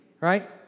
right